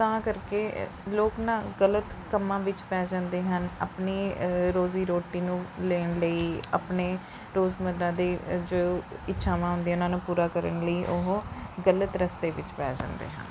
ਤਾਂ ਕਰਕੇ ਲੋਕ ਨਾ ਗਲਤ ਕੰਮਾਂ ਵਿੱਚ ਪੈ ਜਾਂਦੇ ਹਨ ਆਪਣੀ ਅ ਰੋਜ਼ੀ ਰੋਟੀ ਨੂੰ ਲੈਣ ਲਈ ਆਪਣੇ ਰੋਜ਼ ਮਰਾ ਦੀ ਜੋ ਇੱਛਾਵਾਂ ਹੁੰਦੀਆਂ ਹਨ ਉਹਨਾਂ ਨੂੰ ਪੂਰਾ ਕਰਨ ਲਈ ਉਹ ਗਲਤ ਰਸਤੇ ਵਿਚ ਪੈ ਜਾਂਦੇ ਹਨ